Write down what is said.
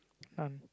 and